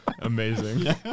Amazing